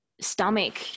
stomach